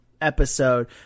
episode